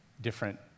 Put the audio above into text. different